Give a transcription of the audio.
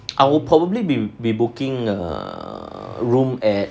I will probably be be booking a room at